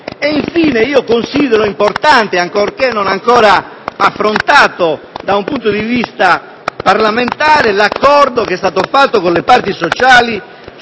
Considero, infine, importante, ancorché non ancora affrontato da un punto di vista parlamentare, l'accordo raggiunto con le parti sociali